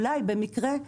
אולי במקרה,